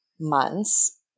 months